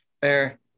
Fair